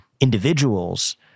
individuals